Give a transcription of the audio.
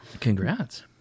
Congrats